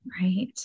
right